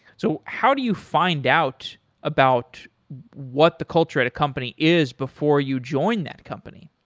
so how do you find out about what the culture at a company is before you join that company?